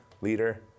leader